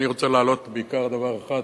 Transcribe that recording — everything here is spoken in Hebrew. אני רוצה להעלות בעיקר דבר אחד.